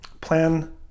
plan